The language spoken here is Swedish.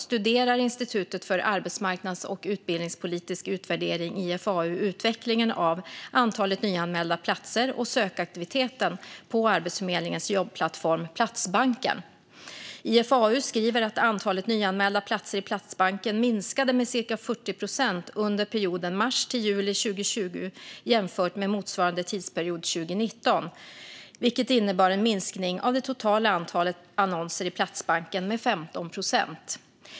studerar Institutet för arbetsmarknads och utbildningspolitisk utvärdering, IFAU, utvecklingen av antalet nyanmälda platser och sökaktiviteten på Arbetsförmedlingens jobbplattform Platsbanken. IFAU skriver att antalet nyanmälda platser i Platsbanken minskade med cirka 40 procent under perioden mars till juli 2020 jämfört med motsvarande tidsperiod 2019, vilket innebar en minskning av det totala antalet annonser i Platsbanken med 15 procent.